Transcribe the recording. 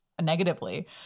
negatively